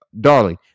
darling